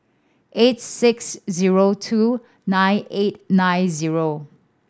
eight six zero two nine eight nine zero